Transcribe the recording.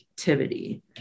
activity